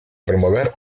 promover